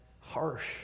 harsh